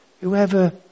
Whoever